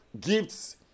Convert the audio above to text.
gifts